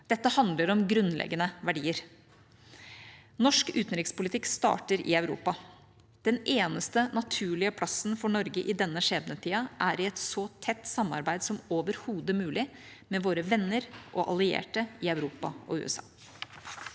Dette handler om grunnleggende verdier. Norsk utenrikspolitikk starter i Europa. Den eneste naturlige plassen for Norge i denne skjebnetida er i et så tett samarbeid som overhodet mulig med våre venner og allierte i Europa og USA.